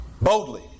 Boldly